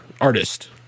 artist